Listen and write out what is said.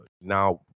now